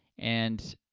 and,